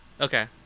Okay